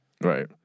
Right